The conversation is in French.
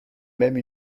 même